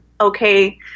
okay